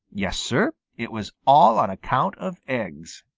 yes, sir, it was all on account of eggs.